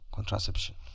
Contraception